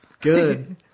Good